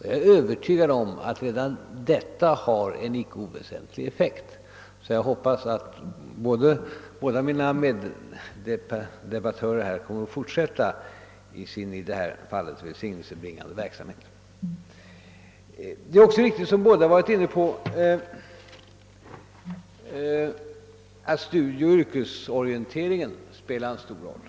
Jag är övertygad om att redan detta har en icke oväsentlig effekt. Jag hoppas därför att båda mina meddebattörer kommer att fortsätta sin i detta fall välsignelsebringande verksamhet. Det är också riktigt — vilket de båda föregående talarna varit inne på — att studieoch yrkesorienteringen spelar en stor roll.